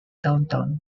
downtown